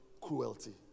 cruelty